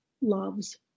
loves